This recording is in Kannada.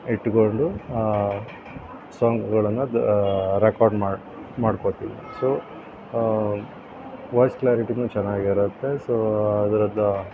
ಇಟ್ಕೊಂಡು ಸಾಂಗ್ಗಳನ್ನು ರೆಕಾರ್ಡ್ ಮಾಡಿ ಮಡ್ಕೊಳ್ತೀನಿ ಸೊ ವಾಯ್ಸ್ ಕ್ಲಾರಿಟಿನು ಚೆನ್ನಾಗಿ ಇರುತ್ತೆ ಸೊ ಅದರದ್ದು